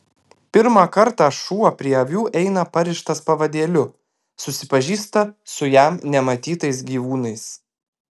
pirmą kartą šuo prie avių eina parištas pavadėliu susipažįsta su jam nematytais gyvūnais